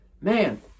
Man